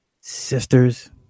Sisters